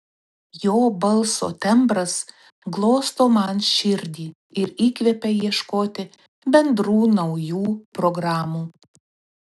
jo balso tembras glosto man širdį ir įkvepia ieškoti bendrų naujų programų